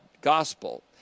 gospel